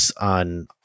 on